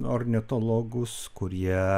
ornitologus kurie